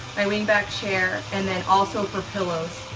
my wing-back chair and then also for pillows.